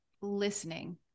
listening